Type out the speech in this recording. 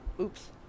Oops